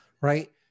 right